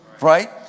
right